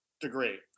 degree